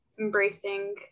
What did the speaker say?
embracing